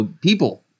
people